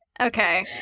Okay